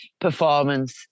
performance